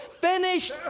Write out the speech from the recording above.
finished